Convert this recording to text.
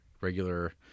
regular